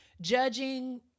judging